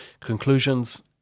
Conclusions